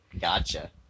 Gotcha